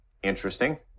Interesting